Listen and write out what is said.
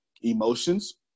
emotions